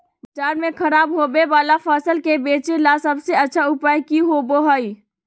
बाजार में खराब होबे वाला फसल के बेचे ला सबसे अच्छा उपाय की होबो हइ?